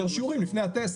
יותר שיעורים לפני הטסט.